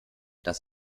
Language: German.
das